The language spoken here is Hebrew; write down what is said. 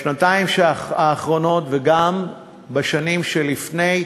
בשנתיים האחרונות, וגם בשנים שלפני,